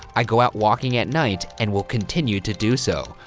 i go out walking at night and will continue to do so.